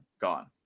gone